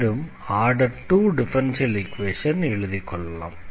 மீண்டும் order 2 differential ஈக்வேஷனை எடுத்துக்கொள்ளலாம்